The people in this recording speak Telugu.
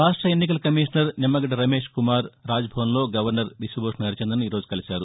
రాష్ట ఎన్నికల కమీషనర్ నిమ్మగడ్డ రమేష్కుమార్ రాజ్భవన్లో గవర్సర్ బిశ్వభూషన్ హరిచందన్ను ఈరోజు కలిసారు